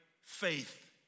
faith